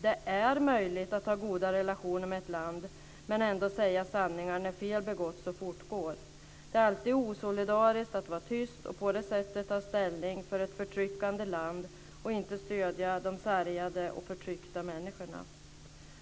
Det är möjligt att ha goda relationer med ett land men ändå säga sanningar när fel har begåtts och fortgår. Det är alltid osolidariskt att vara tyst och på det sättet ta ställning för ett förtryckande land och inte stödja de sargade och förtryckta människorna.